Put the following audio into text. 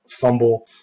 fumble